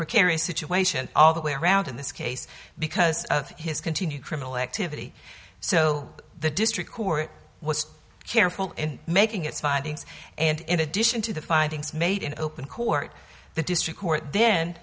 precarious situation all the way around in this case because of his continued criminal activity so the district court was careful in making its findings and in addition to the findings made in open court the district court then